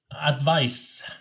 advice